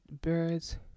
birds